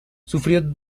sufrió